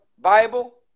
Bible